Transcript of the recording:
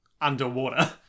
underwater